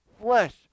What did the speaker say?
flesh